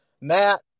Matt